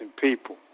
people